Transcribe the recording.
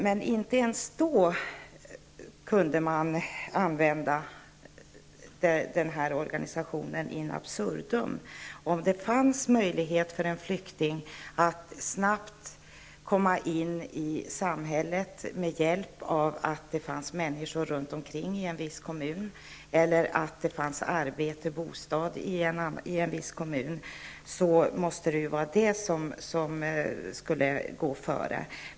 Men inte ens tidigare kunde man använda den här organisationen in absurdum. Om det fanns möjlighet för en flykting att snabbt komma in i samhället med hjälp av vissa människor runt omkring i en speciell kommun eller på grund av att det fanns arbete och bostad i en viss kommun, måste det vara skäl som skulle gå före.